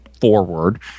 forward